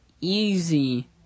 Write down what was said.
easy